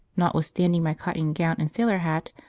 notwithstanding my cotton gown and sailor hat,